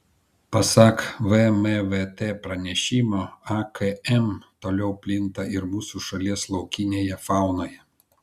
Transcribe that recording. pasak vmvt pranešimo akm toliau plinta ir mūsų šalies laukinėje faunoje